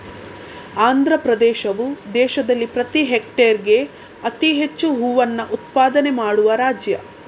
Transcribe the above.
ಆಂಧ್ರಪ್ರದೇಶವು ದೇಶದಲ್ಲಿ ಪ್ರತಿ ಹೆಕ್ಟೇರ್ಗೆ ಅತಿ ಹೆಚ್ಚು ಹೂವನ್ನ ಉತ್ಪಾದನೆ ಮಾಡುವ ರಾಜ್ಯ